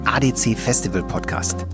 ADC-Festival-Podcast